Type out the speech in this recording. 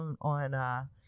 on